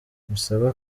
musabe